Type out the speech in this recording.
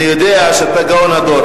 אני יודע שאתה גאון הדור.